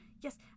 Yes